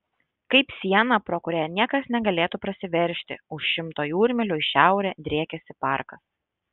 kaip siena pro kurią niekas negalėtų prasiveržti už šimto jūrmylių į šiaurę driekiasi parkas